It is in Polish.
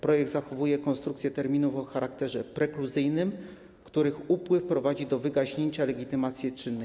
Projekt zachowuje konstrukcję terminów o charakterze prekluzyjnym, których upływ prowadzi do wygaśnięcia legitymacji czynnej.